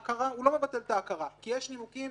לא מבטל את ההכרה, כי יש נימוקים